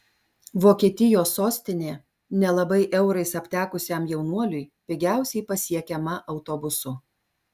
vokietijos sostinė nelabai eurais aptekusiam jaunuoliui pigiausiai pasiekiama autobusu